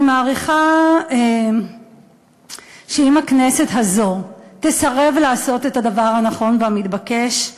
אני מעריכה שאם הכנסת הזאת תסרב לעשות את הדבר הנכון והמתבקש,